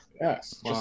Yes